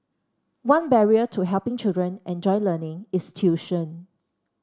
one barrier to helping children enjoy learning is tuition